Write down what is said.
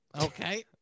Okay